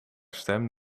stem